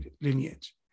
lineage